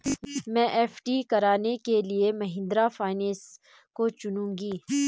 मैं एफ.डी कराने के लिए महिंद्रा फाइनेंस को चुनूंगी